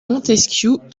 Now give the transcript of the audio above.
montesquiou